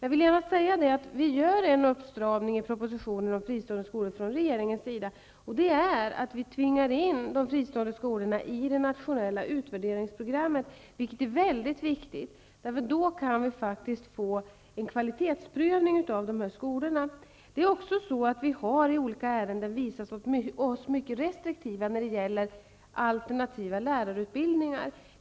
Jag vill gärna säga att vi från regeringens sida i propositionen om fristående skolor gör en uppstramning, och det är att vi tvingar in de fristående skolorna i det nationella utvärderingsprogrammet, vilket är mycket viktigt. Då kan vi få en kvalitetsprövning av de skolorna. Vi har också i olika ärenden visat oss mycket restriktiva när det gäller alternativa lärarutbildningar.